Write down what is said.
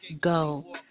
go